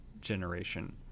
generation